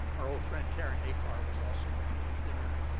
our old friend karen acar was also at the dinner.